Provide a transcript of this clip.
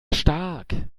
stark